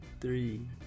three